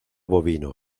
bovino